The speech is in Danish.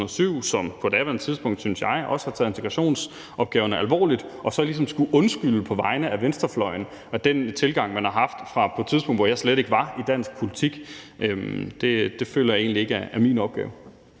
som på daværende tidspunkt synes jeg også har taget integrationsopgaven alvorligt – og så ligesom skulle undskylde på vegne af venstrefløjen for den tilgang, man har haft på et tidspunkt, hvor jeg slet ikke var i dansk politik. Det føler jeg egentlig ikke er min opgave.